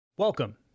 Welcome